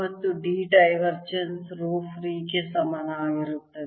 ಮತ್ತು D divergence rho free ಗೆ ಸಮನಾಗಿರುತ್ತದೆ